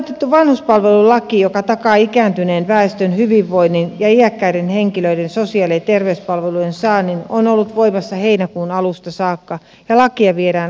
odotettu vanhuspalvelulaki joka takaa ikääntyneen väestön hyvinvoinnin ja iäkkäiden henkilöiden sosiaali ja terveyspalvelujen saannin on ollut voimassa heinäkuun alusta saakka ja lakia viedään asteittain käytäntöön